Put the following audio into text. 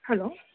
hello